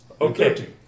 Okay